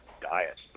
diet